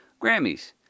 Grammys